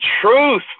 truth